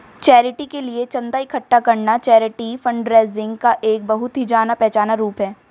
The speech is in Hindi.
चैरिटी के लिए चंदा इकट्ठा करना चैरिटी फंडरेजिंग का एक बहुत ही जाना पहचाना रूप है